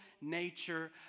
nature